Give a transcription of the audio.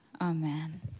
Amen